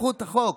הסמכות בחוק.